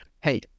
hey